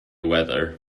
weather